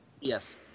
Yes